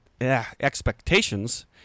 expectations